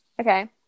Okay